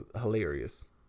hilarious